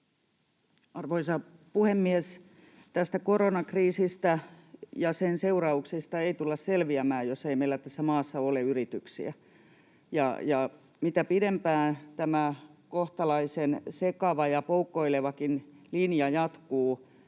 Arvoisa puhemies! Tästä koronakriisistä ja sen seurauksista ei tulla selviämään, jos ei meillä tässä maassa ole yrityksiä, ja mitä pidempään tämä kohtalaisen sekava ja poukkoilevakin linja jatkuu,